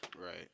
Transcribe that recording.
Right